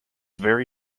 very